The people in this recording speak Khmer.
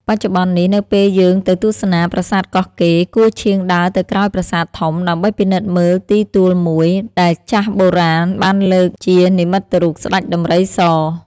បច្ចុប្បន្ននេះ នៅពេលយើងទៅទស្សនា ប្រាសាទកោះកេរ គួរឆៀងដើរទៅក្រោយប្រាសាទធំដើម្បីពិនិត្យមើលទីទួលមួយ ដែលចាស់បុរាណបានលើកជានិមិត្តរូបស្តេចដំរីស។